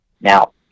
now